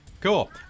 Cool